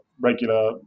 regular